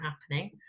happening